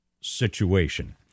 situation